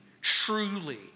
truly